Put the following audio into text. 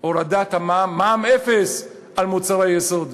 הוא הורדת המע"מ, למע"מ אפס, על מוצרי יסוד.